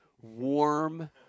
warm